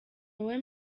wowe